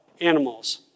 animals